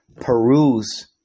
peruse